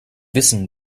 wissen